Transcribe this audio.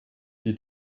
die